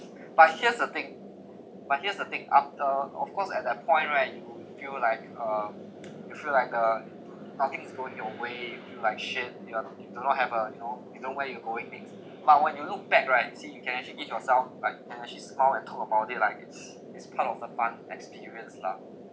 but here's the thing but here's the thing after of course at that point right you will feel like uh you feel like uh nothing is going your way feel like shit you not you do not have a you know you know where you're going next but when you look back right you see you can actually get yourself like can actually smile and talk about it like it's it's part of the fun experience lah